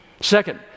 Second